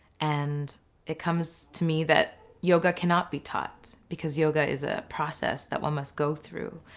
and it comes to me that yoga cannot be taught, because yoga is a process that one must go through.